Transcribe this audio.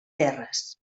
terres